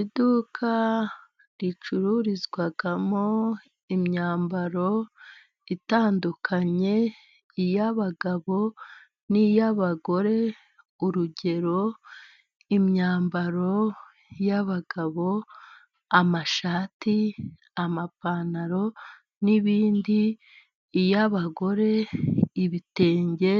Iduka ricururizwamo imyambaro itandukanye, iy'abagabo niy'abagore. urugero: imyambaro y'abagabo amashati, amapantaro, n'ibindi. Iy'abagore ibitenge,